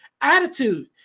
attitude